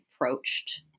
approached